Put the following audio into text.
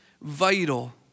vital